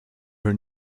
her